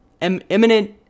imminent